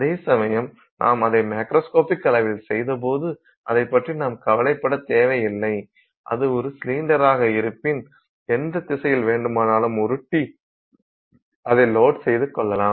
அதேசமயம் நாம் அதை மேக்ரோஸ்கோபிக் அளவில் செய்தபோது அதைப் பற்றி நாம் கவலைப்பட தேவையில்லை அது ஒரு சிலிண்டராக இருப்பின் எந்த திசையில் வேண்டுமானாலும் உருட்டி அதை லோட் செய்து கொள்ளலாம்